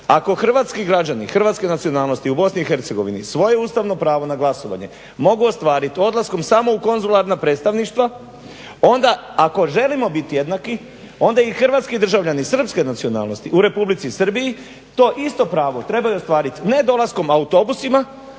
Ako hrvatski građani hrvatske nacionalnosti u Bosni i Hercegovini svoje ustavno pravo na glasovanje mogu ostvarit odlaskom samo u konzularna predstavništva onda ako želimo bit jednaki onda i hrvatski državljani srpske nacionalnosti u Republici Srbiji to isto pravo trebaju ostvarit ne dolaskom autobusima